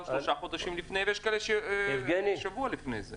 שלושה חודשים לפני ויש כאלה שעשו זאת שבוע לפני זה